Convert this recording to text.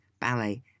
ballet